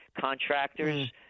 contractors